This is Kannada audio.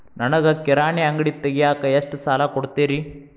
ನನಗ ಕಿರಾಣಿ ಅಂಗಡಿ ತಗಿಯಾಕ್ ಎಷ್ಟ ಸಾಲ ಕೊಡ್ತೇರಿ?